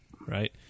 right